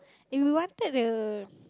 and we wanted the